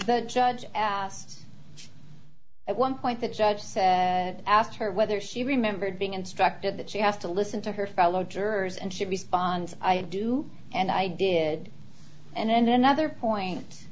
the judge asked at one point the judge said asked her whether she remembered being instructed that she has to listen to her fellow jurors and she responds i do and i did and then another point